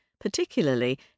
particularly